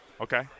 Okay